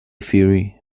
theory